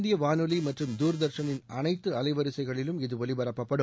இந்திய வானொலி மற்றும் துதர்ஷனில் அனைத்து அலை வரிசைகளிலும் அகில இது ஒலிபரப்பப்படும்